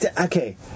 Okay